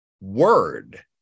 word